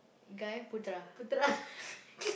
guy Putra